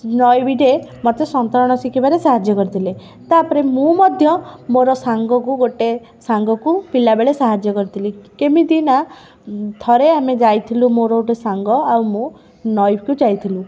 ନଈ ଭିତରେ ମୋତେ ସନ୍ତରଣ ଶିଖେଇବାରେ ସାହାଯ୍ୟ କରିଥିଲେ ତା'ପରେ ମୁଁ ମଧ୍ୟ ମୋର ସାଙ୍ଗକୁ ଗୋଟେ ସାଙ୍ଗକୁ ପିଲାବେଳେ ସାହାଯ୍ୟ କରିଥିଲି କେମିତି ନା ଥରେ ଆମେ ଯାଇଥିଲୁ ମୋର ଗୋଟେ ସାଙ୍ଗ ଆଉ ମୁଁ ନଈକୁ ଯାଇଥିଲୁ